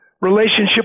relationship